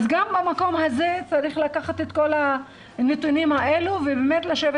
אז גם במקום הזה צריך לקחת את כל הנתונים האלה ולשבת